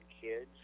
kids